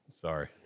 Sorry